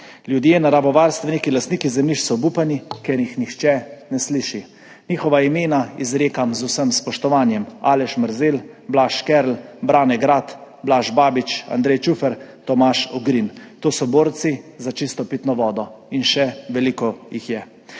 Ljudje, naravovarstveniki, lastniki zemljišč so obupani, ker jih nihče ne sliši. Njihova imena izrekam z vsem spoštovanjem – Aleš Mrzel, Blaž Škerl, Brane Grad, Blaž Babič, Andrej Čufer, Tomaž Ogrin. To so borci za čisto pitno vodo in še veliko jih je.